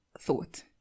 thought